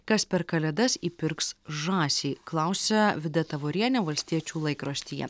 kas per kalėdas įpirks žąsį klausia vida tavorienė valstiečių laikraštyje